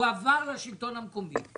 הוא עבר לשלטון המקומי,